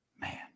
man